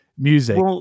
music